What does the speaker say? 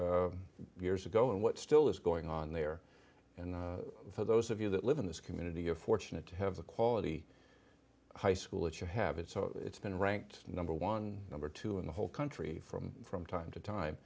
back years ago and what still is going on there and for those of you that live in this community you're fortunate to have the quality high school that you have it so it's been ranked number one number two in the whole country from from time to time